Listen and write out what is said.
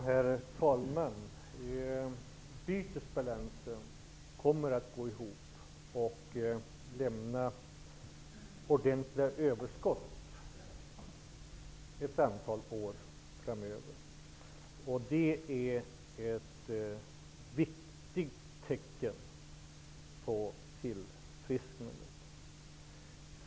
Herr talman! Bytesbalansen kommer att gå ihop och den kommer att lämna ordentliga överskott under ett antal år framöver. Det är ett viktigt tecken på tillfrisknande.